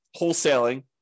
wholesaling